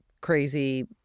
crazy